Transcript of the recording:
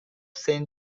saint